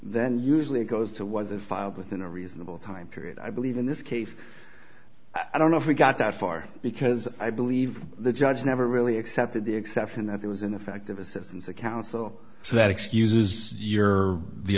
then usually goes it was filed within a reasonable time period i believe in this case i don't know if we got that far because i believe the judge never really accepted the exception that it was ineffective assistance of counsel so that excuses your the